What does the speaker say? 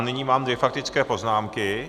Nyní mám dvě faktické poznámky.